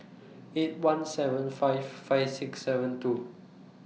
eight one seven five five six seven two